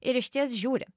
ir išties žiūri